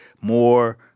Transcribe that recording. more